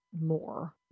more